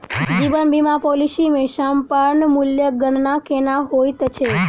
जीवन बीमा पॉलिसी मे समर्पण मूल्यक गणना केना होइत छैक?